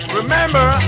remember